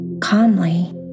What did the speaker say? calmly